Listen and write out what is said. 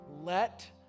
Let